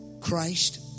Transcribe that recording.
Christ